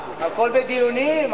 הכול בדיונים,